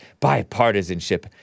bipartisanship